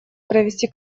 провести